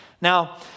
Now